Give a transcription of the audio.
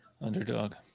Underdog